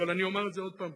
אבל אני אומר את זה עוד פעם,